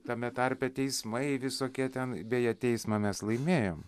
tame tarpe teismai visokie ten beje teismą mes laimėjom